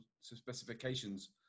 specifications